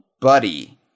Buddy